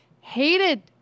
hated